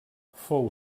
fou